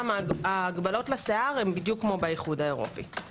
הגבלות לשיער הן בדיוק כמו באיחוד האירופי.